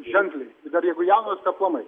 ženkliai jeigu jaunas tai aplamai